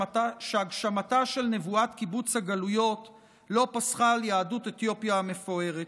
שהגשמתה של נבואת קיבוץ הגלויות לא פסחה על יהדות אתיופיה המפוארת.